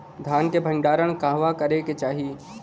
धान के भण्डारण कहवा करे के चाही?